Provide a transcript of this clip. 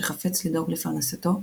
שחפץ לדאוג לפרנסתו,